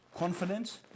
Confidence